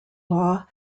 law